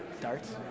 Darts